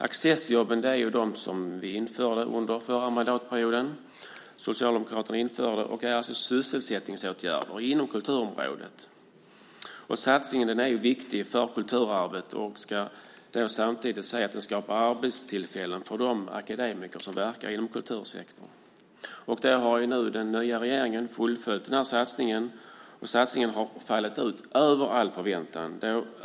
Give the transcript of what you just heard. Accessjobben är de som Socialdemokraterna införde under den förra mandatperioden. Det är alltså sysselsättningsåtgärder inom kulturområdet. Satsningen är viktig för kulturarvet. Den ska samtidigt skapa arbetstillfällen för de akademiker som verkar inom kultursektorn. Den nya regeringen har fullföljt satsningen. Satsningen har utfallit över all förväntan.